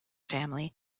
family